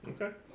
Okay